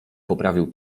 poprawił